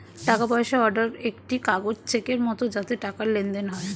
টাকা পয়সা অর্ডার একটি কাগজ চেকের মত যাতে টাকার লেনদেন হয়